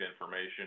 information